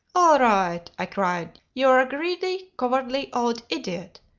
all right! i cried you're a greedy, cowardly, old idiot,